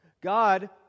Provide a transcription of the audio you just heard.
God